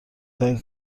ترین